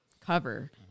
cover